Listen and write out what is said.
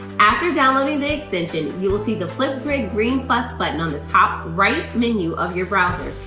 after downloading the extension, you will see the flipgrid green plus button on the top right menu of your browser.